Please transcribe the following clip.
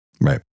Right